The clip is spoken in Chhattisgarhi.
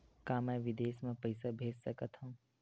का मैं विदेश म पईसा भेज सकत हव?